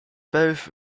both